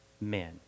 men